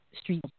street